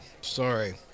sorry